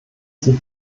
sie